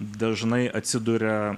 dažnai atsiduria